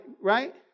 Right